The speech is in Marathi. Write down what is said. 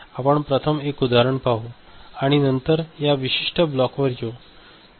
आपण प्रथम एक उदाहरण पाहू आणि नंतर या विशिष्ट ब्लॉकवर येऊ